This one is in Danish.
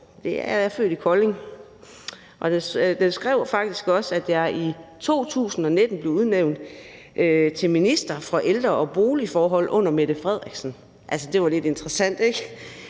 Jeg er født i Kolding, og den skrev faktisk også, at jeg i 2019 blev udnævnt til minister for ældre og boligforhold under Mette Frederiksen. Altså, det er jo lidt interessant,